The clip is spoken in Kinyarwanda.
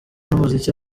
n’umuziki